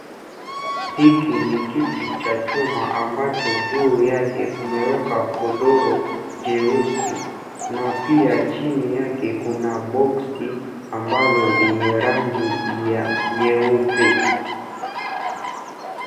Hiki ni kiti cha chuma ambacho juu yake kumewekwa godoro jeusi na pia chini yake kuna boksi ambalo lina rangi ya nyeupe.